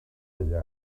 allà